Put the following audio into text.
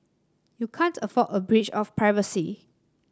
you can't afford a breach of privacy